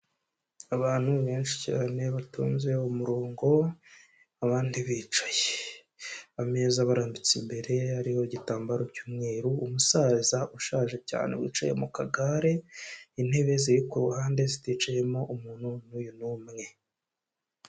Abantu benshi cyane batonze umurongo, abandi bicaye, ameza abarambitse imbere ye hariho igitambaro cy'umweru, umusaza ushaje cyane wicaye mu kagare, intebe ziri ku ruhande ziticayemo umuntu n'uyu n'umwe.